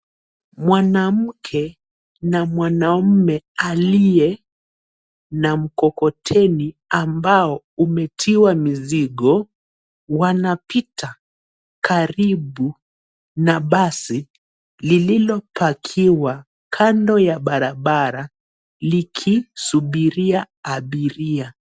Mwanamke na mwanaume aliye na mkokoteni ambao umetiwa mizigo. Wanapita karibu na basi lililopakiwa kando ya barabara likisubiria abiria.